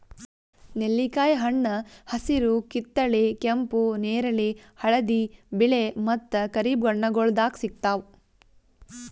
ನೆಲ್ಲಿಕಾಯಿ ಹಣ್ಣ ಹಸಿರು, ಕಿತ್ತಳೆ, ಕೆಂಪು, ನೇರಳೆ, ಹಳದಿ, ಬಿಳೆ ಮತ್ತ ಕರಿ ಬಣ್ಣಗೊಳ್ದಾಗ್ ಸಿಗ್ತಾವ್